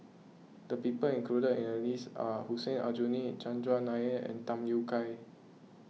the people included in the list are Hussein Aljunied Chandran Nair and Tham Yui Kai